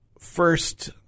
first